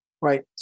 right